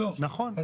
אני